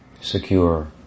secure